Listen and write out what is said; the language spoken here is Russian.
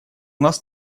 нас